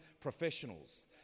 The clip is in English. professionals